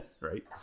Right